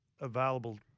available